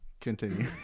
continue